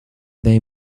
they